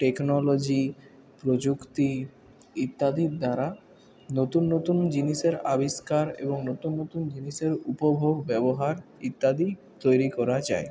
technology প্রযুক্তি ইত্যাদির দ্বারা নতুন নতুন জিনিসের আবিষ্কার এবং নতুন নতুন জিনিসের উপভোগ ব্যবহার ইত্যাদি তৈরি করা যায়